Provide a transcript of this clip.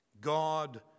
God